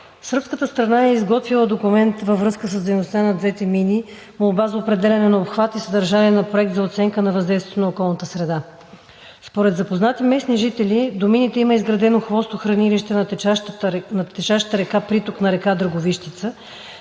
Сръбската страна е изготвила документ във връзка с дейността на двете мини – молба за определяне на обхват и съдържание на Проект за оценка на въздействието на околната среда. Според запознати местни жители до мините има изградено хвостохранилище на течащата река, приток на река Драговищица,